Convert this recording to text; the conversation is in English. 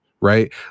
right